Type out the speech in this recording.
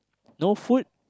no food